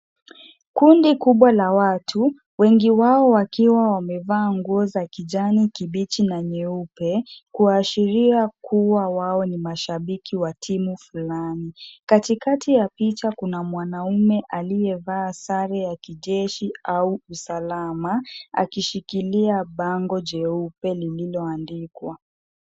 Kundi kubwa la watu, wengi wao wakiwa wamevaa nguo za kijani kibichi na nyeupe, kuashiria kuwa wao ni mashabiki wa timu fulani. Katikati ya picha kuna mwanaume aliyevaa sare ya kijeshi au usalama, akishikilia bango jeupe lililoandikwa.